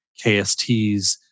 KSTs